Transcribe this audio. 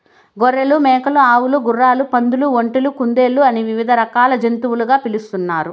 గొర్రెలు, మేకలు, ఆవులు, గుర్రాలు, పందులు, ఒంటెలు, కుందేళ్ళు అని వివిధ రకాల జాతులుగా పిలుస్తున్నారు